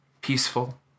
Peaceful